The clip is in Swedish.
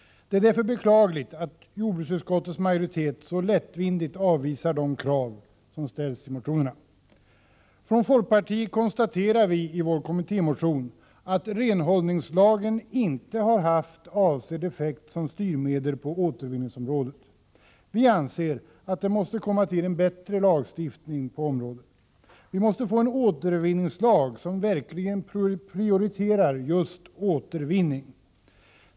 Det är beklagligt att jordbruksutskottets majoritet så lättvindigt avvisar de krav som ställs i motionerna. Vi i folkpartiet konstaterar i vår kommittémotion att renhållningslagen inte har haft avsedd effekt som styrmedel på återvinningsområdet. Vi anser att det måste komma till en bättre lagstiftning på området. Vi måste få en återvinningslag som verkligen prioriterar just återvinning.